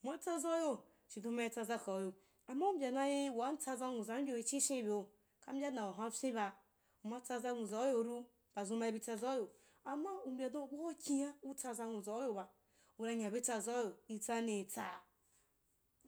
Uma tsazauyo chidon ma itsaza kauyo amma u mbya eh waa utsaza nwuzavyoru ma tsaza nwuzauyoru pazum ma ibi tsazauyp, amma u mbya dan ubau akina utsaza nwuzauyoba una nya be tsazauyo itsanni tsa?